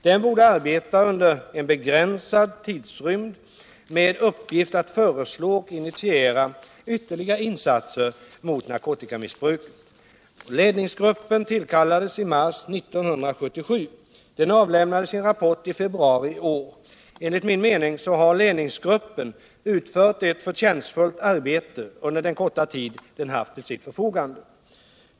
Den borde arbeta under en begränsad tidrymd med uppgift att föreslå och initiera ytterligare insatser mot narkotikamissbruket. Ledningsgruppen tillkallades i mars 1977. Den avlämnade sin rapport i februari i år. Enligt min mening har ledningsgruppen utfört ett förtjänstfullt arbete under den korta tid den haft till sitt förfogande.